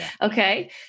Okay